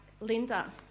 Linda